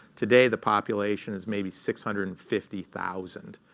today, the population is maybe six hundred and fifty thousand.